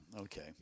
okay